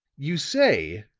you say,